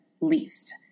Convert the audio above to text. least